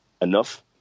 enough